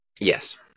Yes